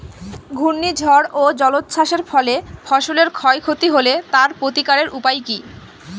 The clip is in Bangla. ঘূর্ণিঝড় ও জলোচ্ছ্বাস এর ফলে ফসলের ক্ষয় ক্ষতি হলে তার প্রতিকারের উপায় কী?